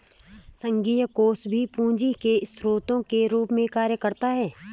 संघीय कोष भी पूंजी के स्रोत के रूप में कार्य करता है